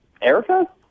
Erica